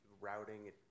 routing